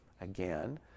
again